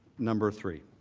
number three.